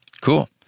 cool